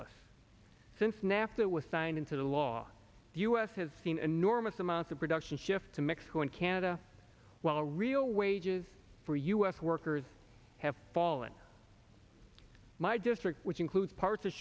us since nafta was signed into law the u s has seen enormous amounts of production shift to mexico and canada while real wages for u s workers have fallen my district which includes parts of